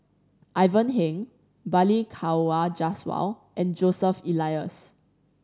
Ivan Heng Balli Kaur Jaswal and Joseph Elias